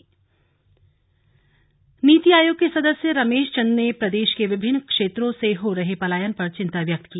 पलायन बैठक नीति आयोग के सदस्य रमेश चंद ने प्रदेश के विभिन्न क्षेत्रों से हो रहे पलायन पर चिन्ता व्यक्त की